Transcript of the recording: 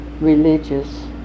religious